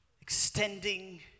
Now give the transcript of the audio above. extending